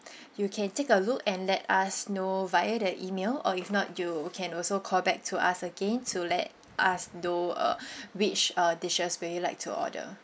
you can take a look and let us know via the email or if not you can also call back to us again to let us know uh which uh dishes will you like to order